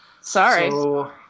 sorry